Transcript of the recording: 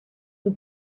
the